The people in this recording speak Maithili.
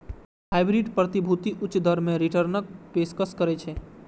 हाइब्रिड प्रतिभूति उच्च दर मे रिटर्नक पेशकश करै छै